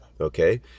Okay